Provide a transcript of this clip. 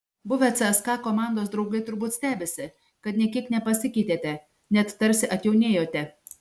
buvę cska komandos draugai turbūt stebisi kad nė kiek nepasikeitėte net tarsi atjaunėjote